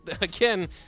again